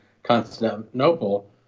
Constantinople